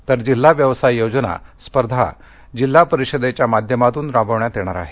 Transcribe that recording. तर जिल्हा व्यवसाय योजना स्पर्धा जिल्हा परिषदेच्या माध्यमातून राबविण्यात येणार आहे